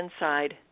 inside